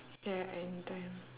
ya any time